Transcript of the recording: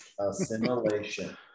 Assimilation